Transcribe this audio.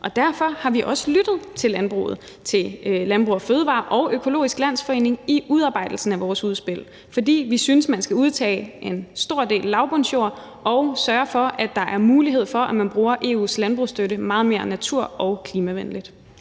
Derfor har vi også lyttet til landbruget, til Landbrug & Fødevarer og Økologisk Landsforening i udarbejdelsen af vores udspil, fordi vi synes, at man skal udtage en stor del lavbundsjord og sørge for, at der er mulighed for, at man bruger EU's landbrugsstøtte meget mere natur- og klimavenligt.